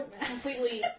completely